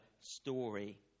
story